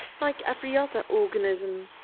like every other organism,